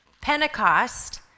Pentecost